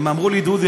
הם אמרו לי: דודי,